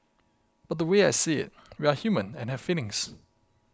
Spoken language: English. but the way I see it we are human and have feelings